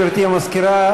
גברתי המזכירה,